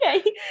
okay